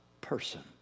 person